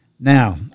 Now